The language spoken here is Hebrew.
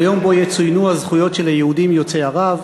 כיום שבו יצוינו הזכויות של היהודים יוצאי ערב.